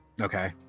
Okay